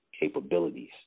capabilities